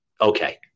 Okay